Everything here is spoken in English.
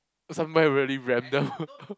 somewhere really random